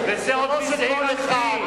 זכותו של כל אחד,